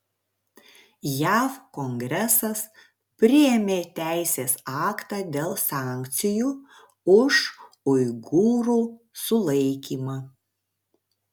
jav kongresas priėmė teisės aktą dėl sankcijų už uigūrų sulaikymą